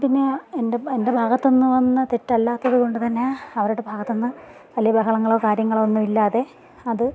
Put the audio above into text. പിന്നെ എൻ്റെ എൻ്റെ ഭാഗത്ത് നിന്ന് വന്ന തെറ്റല്ലാത്തത് കൊണ്ട് തന്നെ അവരുടെ ഭാഗത്ത് നിന്ന് വലിയ ബഹളങ്ങളോ കാര്യങ്ങളോ ഒന്നും ഇല്ലാതെ അത്